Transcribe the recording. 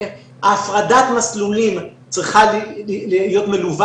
הפרדת המסלולים צריכה להיות מלווה